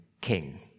king